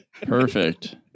Perfect